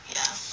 ya